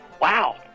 Wow